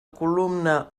columna